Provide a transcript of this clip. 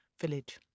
village